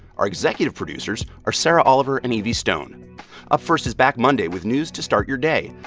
our executive producers are sarah oliver and evie stone up first is back monday with news to start your day.